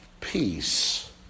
Peace